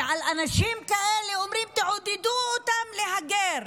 ועל אנשים כאלה אומרים: תעודדו אותם להגר.